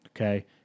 okay